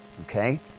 Okay